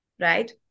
right